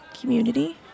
community